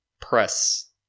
press